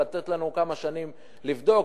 לתת לנו כמה שנים לבדוק.